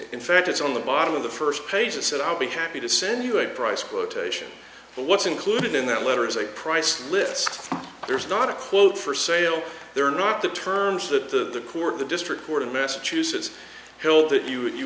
in fact it's on the bottom of the first page it said i'll be happy to send you a price quotation but what's included in that letter is a price list there's not a quote for sale they're not the terms that the court the district court of massachusetts held that you wou